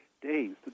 days